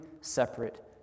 separate